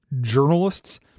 journalists